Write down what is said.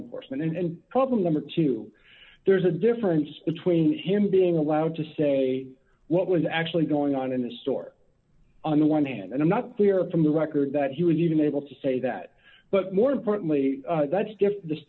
enforcement and problem number two there's a difference between him being allowed to say what was actually going on in the store on the one hand i'm not clear from the record that he was even able to say that but more importantly that's different